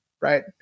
right